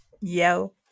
Yo